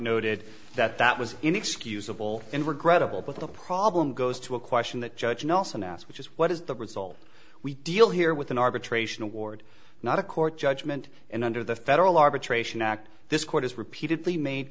noted that that was inexcusable and regrettable but the problem goes to a question that judge nelson asked which is what is the result we deal here with an arbitration award not a court judgment and under the federal arbitration act this court has repeatedly made